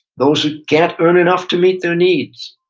those who can't earn enough to meet their needs.